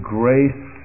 grace